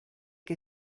che